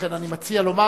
לכן, אני מציע לומר